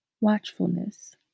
Watchfulness